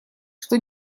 что